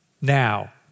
now